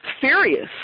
serious